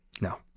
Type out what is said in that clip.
No